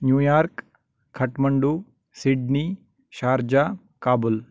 New York Kathmandu Sydney Sharjah Kabul